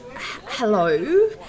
hello